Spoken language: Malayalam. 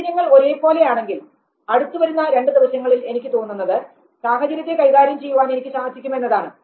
സാഹചര്യങ്ങൾ ഒരേപോലെ ആണെങ്കിൽ അടുത്തുവരുന്ന രണ്ട് ദിവസങ്ങളിൽ എനിക്ക് തോന്നുന്നത് സാഹചര്യത്തെ കൈകാര്യം ചെയ്യുവാൻ എനിക്ക് സാധിക്കും എന്നതാണ്